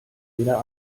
jeder